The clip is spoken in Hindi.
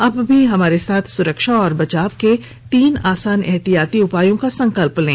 आप भी हमारे साथ सुरक्षा और बचाव के तीन आसान एहतियाती उपायों का संकल्प लें